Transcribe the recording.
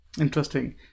Interesting